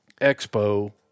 expo